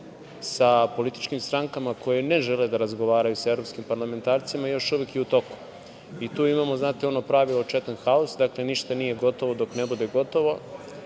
sa političkim strankama koje ne žele da razgovaraju sa evropskim parlamentarcima još uvek je u toku. Tu imamo, znate, ono pravilo „chat and house“.Dakle, ništa nije gotovo dok ne bude gotovo